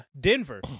Denver